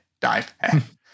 Dive